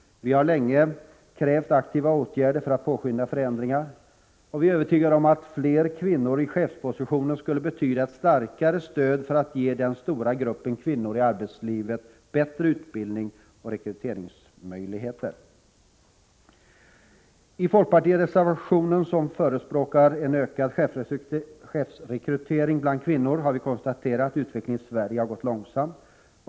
Vi har länge krävt aktiva åtgärder för att påskynda förändringar. Vi är övertygade om att fler kvinnor i chefspositioner skulle betyda ett starkare stöd för att ge den stora gruppen kvinnor i arbetslivet bättre utbildning och rekryteringsmöjligheter. I den folkpartireservation som förespråkar ökad chefsrekrytering bland kvinnor har vi konstaterat att utvecklingen i Sverige har gått långsamt.